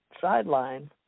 sideline